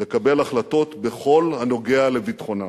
לקבל החלטות בכל הנוגע לביטחונה.